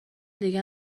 دیگه